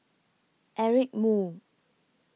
Eric Moo